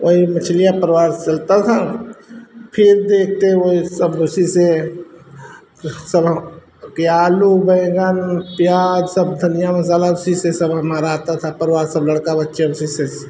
और मछलियों से परिवार चलता था फिर देखते हुए सब उसी से सब आलू बैगन प्याज सब धनिया मसाला उसी से सब हमारा आता था परिवार सब लड़का बच्चे सब उसी से